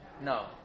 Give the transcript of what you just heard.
No